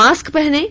mask पहनें